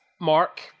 Mark